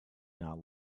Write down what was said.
not